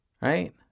right